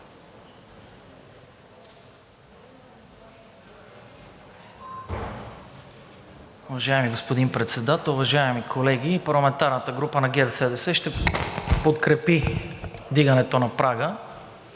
Уважаеми господин Председател, уважаеми колеги! Парламентарната група на ГЕРБ СДС ще подкрепи вдигането на прага